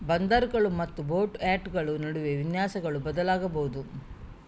ಬಂದರುಗಳು ಮತ್ತು ಬೋಟ್ ಯಾರ್ಡುಗಳ ನಡುವೆ ವಿನ್ಯಾಸಗಳು ಬದಲಾಗಬಹುದು